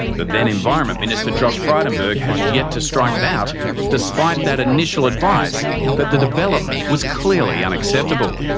the then environment minister josh frydenberg has yet to strike it out despite that initial advice that the development was clearly unacceptable.